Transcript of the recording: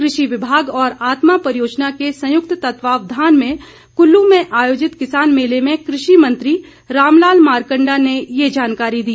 कृषि विभाग और आत्मा परियोजना के संयुक्त तत्वावधान में कुल्लू में आयोजित किसान मेले में कृषि मंत्री रामलाल मारकंडा ने ये जानकारी दी